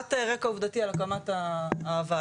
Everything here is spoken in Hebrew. קצת רקע עובדתי על הקמת הוועדות.